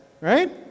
right